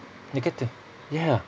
dia kata ya